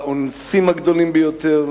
לאונסים הגדולים ביותר,